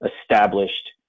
established